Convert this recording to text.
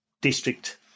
district